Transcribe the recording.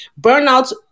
Burnout